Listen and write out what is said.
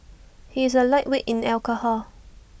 he is A lightweight in alcohol